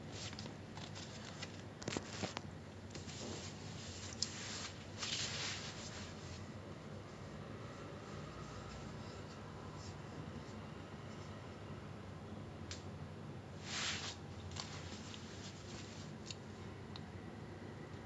ya so like அந்த மாரி ஆனதுக்கு அப்புறம்:antha maari aanaathukku appuram then I see little india also the riot happened in paper as much as I read lah it's because err there was an argument between a bus driver and another person but the reason the riot got so aggravated was apparently because which is what I read in the paper also some people who were drunk actually went and contributed to the fight